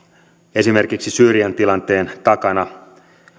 esimerkiksi syyrian tilanteen takana